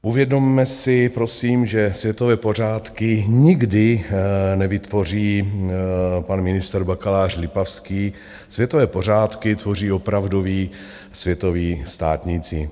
Uvědomme si prosím, že světové pořádky nikdy nevytvoří pan ministr bakalář Lipavský, světové pořádky tvoří opravdoví světoví státníci.